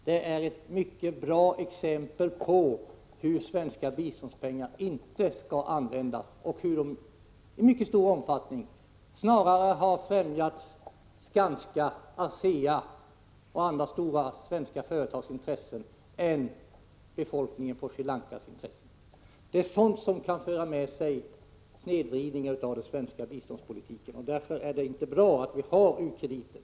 Det är ett mycket bra exempel på hur svenska biståndspengar inte skall användas och hur de i mycket stor omfattning snarare har främjat Skanskas, ASEA:s och andra stora företags intressen än Sri Lankas befolknings intressen. Det är sådant som kan föra med sig snedvridning av den svenska biståndspolitiken. Därför är det inte bra med u-krediter.